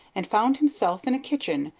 and found himself in a kitchen,